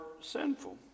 sinful